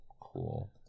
cool